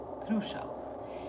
crucial